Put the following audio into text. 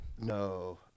No